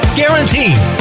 guaranteed